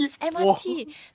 MRT